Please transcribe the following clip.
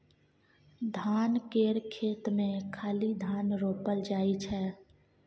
धान केर खेत मे खाली धान रोपल जाइ छै